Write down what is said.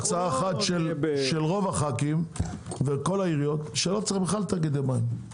יש הצעה אחת של רוב הח"כים וכל העיריות שלא צריך בכלל תאגידי מים.